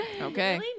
Okay